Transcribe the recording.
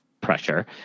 pressure